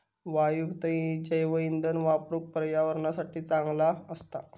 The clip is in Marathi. वायूयुक्त जैवइंधन वापरुक पर्यावरणासाठी चांगला असता